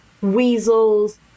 Weasels